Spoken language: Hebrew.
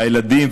הילדים,